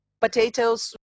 potatoes